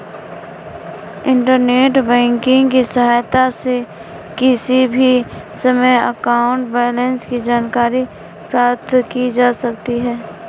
internet banking की सहायता से किसी भी समय अकाउंट बैलेंस की जानकारी प्राप्त की जा सकती है